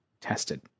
tested